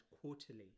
quarterly